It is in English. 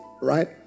right